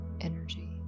energy